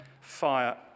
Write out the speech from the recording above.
fire